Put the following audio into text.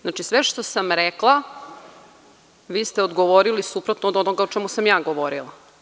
Znači, sve što sam rekla vi ste odgovorili suprotno od onoga o čemu sam ja govorila.